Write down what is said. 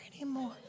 anymore